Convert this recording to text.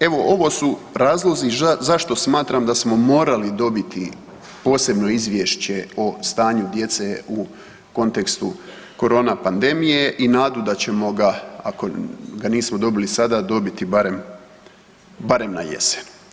Evo, ovo su razlozi zašto smatram da smo morali dobiti posebno Izvješće o stanju djece u kontekstu korona pandemije i nadu da ćemo ga, ako ga nismo dobili sada, dobiti barem na jesen.